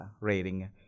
rating